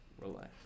relax